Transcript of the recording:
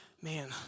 Man